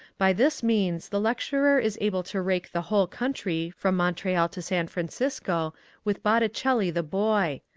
by this means the lecturer is able to rake the whole country from montreal to san francisco with botticelli the boy.